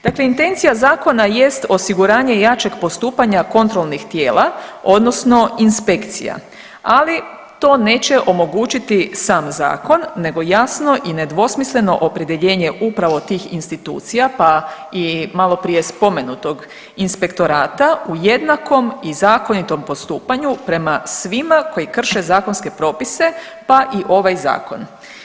Dakle intencija Zakona jest osiguranje jačeg postupanja kontrolnih tijela, odnosno inspekcija, ali to neće omogućiti sam Zakon nego jasno i nedvosmisleno opredjeljenje upravo tih institucija pa i maloprije spomenutom Inspektorata u jednakom i zakonitom postupanju prema svima koji krše zakonske propise, pa i ovaj Zakon.